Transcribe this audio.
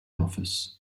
office